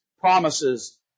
promises